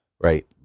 right